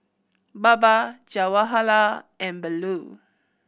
Baba Jawaharlal and Bellur